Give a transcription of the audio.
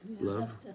Love